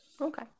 Okay